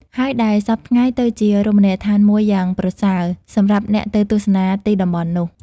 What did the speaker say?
ហើយដែលសព្វថ្ងៃ ទៅជារមណីយដ្ឋានមួយយ៉ាងប្រសើរ សម្រាប់អ្នកទៅទស្សនាទីតំបន់នោះ ។